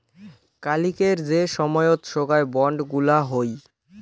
কালিকের যে সময়ত সোগায় বন্ড গুলা হই